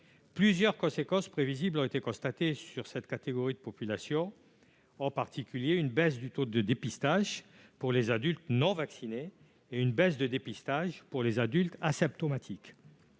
Plusieurs conséquences prévisibles ont été constatées sur cette catégorie de population, en particulier une baisse du taux de dépistage pour les adultes non vaccinés et une baisse de dépistage pour les adultes asymptomatiques.